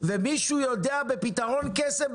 מישהו יודע בפתרון קסם,